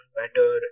better